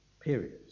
periods